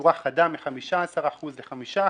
בצורה חדה מ-15% ל-5%,